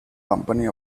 company